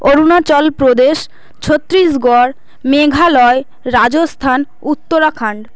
Arunachal Pradesh Chhattisgarh Meghalaya Rajasthan Uttarakhand